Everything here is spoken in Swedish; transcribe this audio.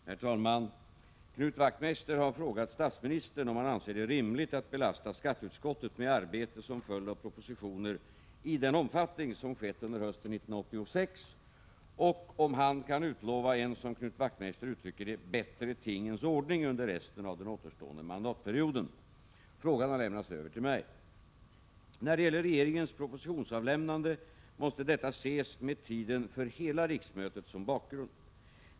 Herr talman! Knut Wachtmeister har frågat statsministern om han anser det rimligt att belasta skatteutskottet med arbete som följd av propositioner i den omfattning som skett under hösten 1986 och om han kan utlova en, som Knut Wachtmeister uttrycker det, bättre tingens ordning under resten av den återstående mandatperioden. Frågan har lämnats över till mig. När det gäller regeringens propositionsavlämnande måste detta ses med tiden för hela riksmötet som bakgrund.